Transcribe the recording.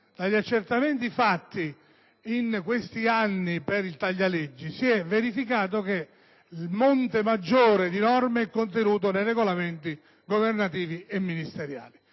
Dagli accertamenti fatti in questi anni per il cosiddetto taglia-leggi si è verificato che il monte maggiore di norme è contenuto nei regolamenti governativi e ministeriali.